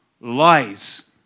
lies